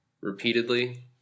repeatedly